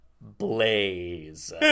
Blaze